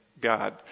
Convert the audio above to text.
God